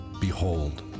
Behold